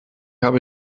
habe